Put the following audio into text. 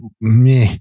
meh